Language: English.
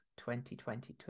2020